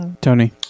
Tony